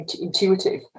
intuitive